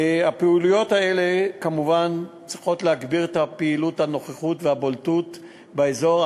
הפעילויות האלה כמובן צריכות להגביר את הנוכחות והבולטות באזור.